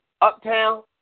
Uptown